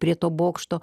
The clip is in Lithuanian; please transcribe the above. prie to bokšto